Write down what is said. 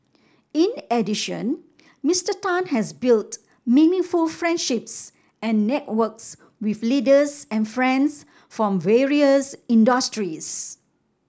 in addition Mr Tan has built meaningful friendships and networks with leaders and friends from various industries